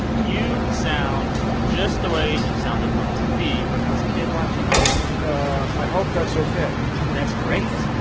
you sound just the way you sounded on tv when i was a kid watching you i hope that's ok that's great.